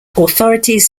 authorities